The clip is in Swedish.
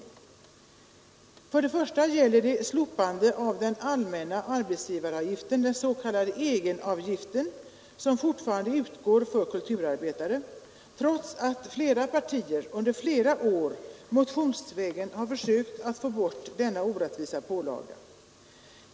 Den första frågan gäller slopandet av den allmänna arbetsgivaravgiften, den s.k. egenavgiften, som fortfarande utgår för kulturarbetare, trots att olika partier under flera år motionsvägen sökt att få bort denna orättvisa pålaga.